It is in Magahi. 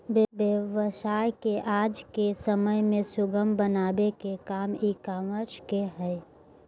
व्यवसाय के आज के समय में सुगम बनावे के काम ई कॉमर्स के हय